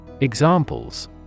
Examples